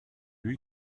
lui